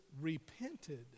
repented